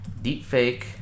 Deepfake